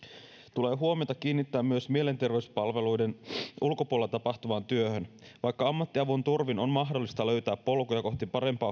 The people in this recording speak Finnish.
tulee huomiota kiinnittää myös mielenterveyspalveluiden ulkopuolella tapahtuvaan työhön vaikka ammattiavun turvin on mahdollista löytää polkuja kohti parempaa